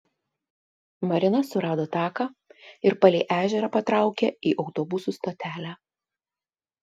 marina surado taką ir palei ežerą patraukė į autobusų stotelę